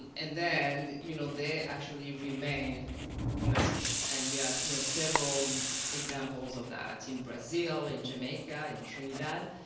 and then you know, they actually remained muslims. and we have you know several examples of that in brazil, in jamaica, in trinidad.